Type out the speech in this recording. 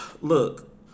Look